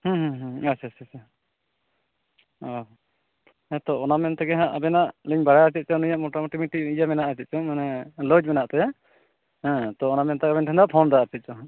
ᱟᱪᱪᱷᱟ ᱪᱷᱟ ᱪᱷᱟ ᱚ ᱦᱮᱸᱛᱚ ᱚᱱᱟ ᱢᱮᱱᱛᱮᱜᱮ ᱟᱵᱮᱱᱟᱜ ᱞᱤᱧ ᱵᱟᱲᱟᱭ ᱦᱚᱛᱮᱫ ᱛᱮ ᱟᱹᱞᱤᱧᱟᱜ ᱢᱚᱴᱟ ᱢᱩᱴᱤ ᱢᱤᱫᱴᱤᱡ ᱤᱭᱟᱹ ᱢᱮᱱᱟᱜ ᱪᱮᱫ ᱪᱚᱝ ᱢᱟᱱᱮ ᱞᱚᱡᱽ ᱢᱮᱱᱟᱜ ᱛᱟᱭᱟ ᱦᱮᱸ ᱛᱚ ᱚᱱᱟ ᱢᱮᱱᱛᱮ ᱟᱵᱮᱱ ᱴᱷᱮᱱ ᱫᱚ ᱯᱷᱳᱱ ᱫᱚ ᱟᱨ ᱪᱮᱫ ᱪᱚᱝ ᱦᱟᱸᱜ